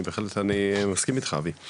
אני מסכים איתך אבי.